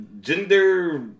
gender